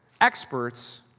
experts